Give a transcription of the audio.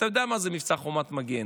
אתה יודע מה זה מבצע חומת מגן,